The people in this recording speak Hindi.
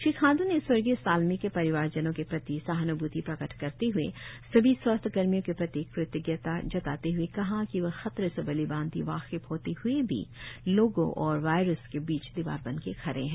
श्री खांडू ने स्वर्गीय सालमी के परिवार जनो के प्रति सहान्भूति प्रकट करते हए सभी स्वास्थ्य कर्मियों के प्रति कृतज्ञता जताते हए कहा कि वे खतरे से भली भांति वाकिफ होते हए भी लोगों और वायर्स के बीच दिवार बनके खड़े हैं